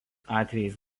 atvejais